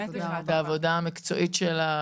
-- את העבודה המקצועית שלך,